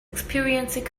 experiencing